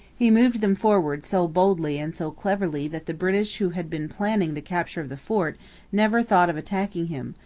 he moved them forward so boldly and so cleverly that the british who had been planning the capture of the fort never thought of attacking him,